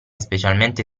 specialmente